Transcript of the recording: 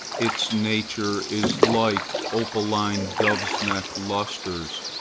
its nature is like opaline doves'-neck lustres,